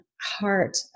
heart